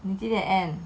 你几点 end